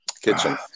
kitchen